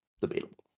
Debatable